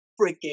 freaking